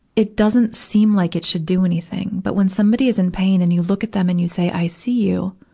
it doesn't seem like it should do anything, but when somebody is in pain and you look at them and you say i see you,